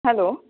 hello